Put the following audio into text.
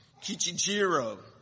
Kichijiro